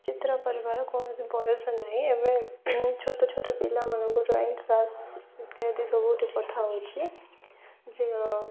ଚିତ୍ର କରିବାର କୌଣସି ବୟସ ନାହିଁ ଏବେ ଛୋଟ ଛୋଟ ପିଲାମାନଙ୍କୁ ଡ୍ରଇଂ କ୍ଲାସ୍ ଇତ୍ୟାଦି ସବୁଠି ପଠା ହଉଛି ଯେ